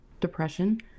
depression